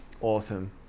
awesome